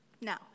Now